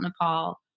Nepal